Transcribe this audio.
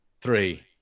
three